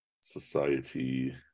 society